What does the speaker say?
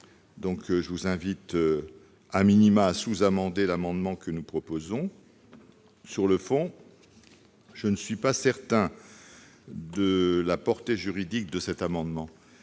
Je vous invite donc à sous-amender l'amendement que nous proposons. Sur le fond, je ne suis pas certain de la portée juridique du présent amendement.